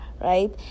right